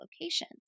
locations